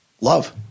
Love